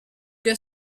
que